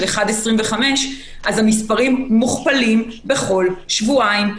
1.25 אז המספרים מוכפלים בכל שבועיים,